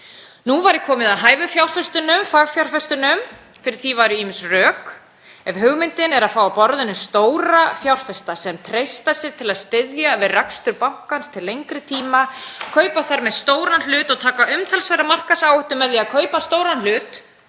Nú væri komið að hæfu fjárfestunum, fagfjárfestunum, og fyrir því væru ýmis rök. Ef hugmyndin er að fá að borðinu stóra fjárfesta sem treysta sér til að styðja við rekstur bankans til lengri tíma, kaupa þar með stóran hlut og taka umtalsverða markaðsáhættu með því að kaupa stóran hlut,